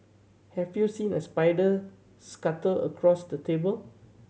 have you seen a spider scuttle across the table